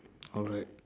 alright